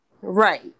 Right